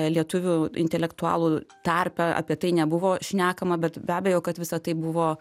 lietuvių intelektualų tarpe apie tai nebuvo šnekama bet be abejo kad visa tai buvo